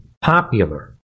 popular